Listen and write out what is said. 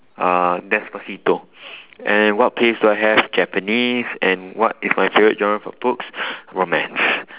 uh despacito and what place do I have japanese and what is my favorite genre for books romance